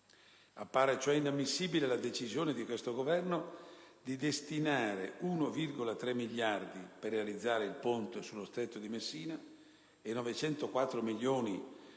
appare inammissibile la decisione di questo Governo di destinare 1,3 miliardi di euro per la realizzazione del ponte sullo Stretto di Messina e 904 milioni di euro